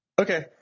Okay